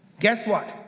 guess what,